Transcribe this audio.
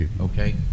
Okay